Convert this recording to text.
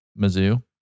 Mizzou